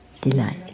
Delight